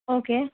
okay